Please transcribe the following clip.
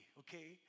okay